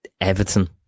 Everton